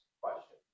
question